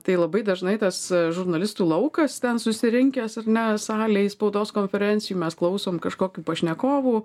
tai labai dažnai tas žurnalistų laukas ten susirinkęs ar ne salėj spaudos konferencijų mes klausom kažkokių pašnekovų